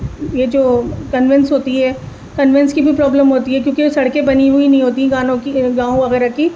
یہ جو کنونس ہوتی ہے کنونس کی بھی پرابلم ہوتی ہے کیونکہ جو سڑکیں بنی ہوئی نہیں ہوتی گانوں کی گاؤں وغیرہ کی